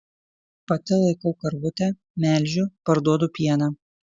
pati laikau karvutę melžiu parduodu pieną